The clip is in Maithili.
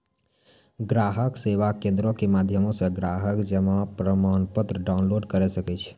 ग्राहक सेवा केंद्रो के माध्यमो से ग्राहक जमा प्रमाणपत्र डाउनलोड करे सकै छै